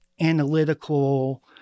analytical